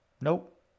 Nope